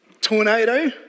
Tornado